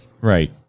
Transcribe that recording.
Right